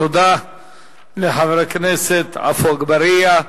תודה לחבר הכנסת עפו אגבאריה.